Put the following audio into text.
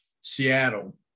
seattle